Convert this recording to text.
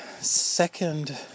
second